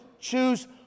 choose